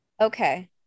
Okay